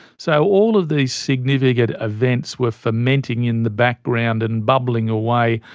so all of these significant events were fermenting in the background and bubbling away,